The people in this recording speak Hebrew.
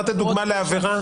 אפשר לתת דוגמה לעבירה?